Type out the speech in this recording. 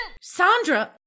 Sandra